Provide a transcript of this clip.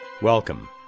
Welcome